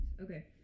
Okay